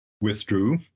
withdrew